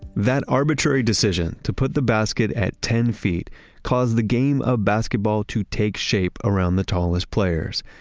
that arbitrary decision to put the basket at ten feet caused the game of basketball to take shape around the tallest players,